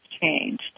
changed